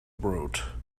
wrote